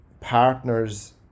partners